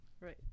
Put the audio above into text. right